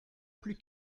plus